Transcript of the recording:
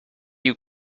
you